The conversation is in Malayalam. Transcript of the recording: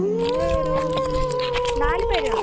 ഞങ്ങൾ ഒരു നാല് പേരെ ഉള്ളൂ